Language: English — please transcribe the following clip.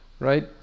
right